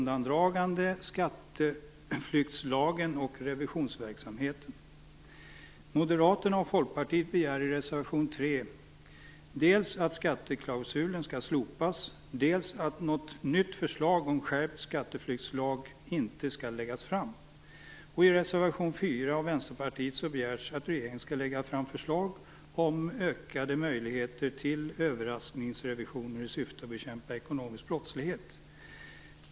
dels att skatteklausulen skall slopas, dels att något nytt förslag om en skärpt skatteflyktslag inte skall läggas fram. I reservation 4 av Vänsterpartiet begärs att regeringen skall lägga fram förslag om ökade möjligheter till överraskningsrevisioner i syfte att bekämpa ekonomisk brottslighet.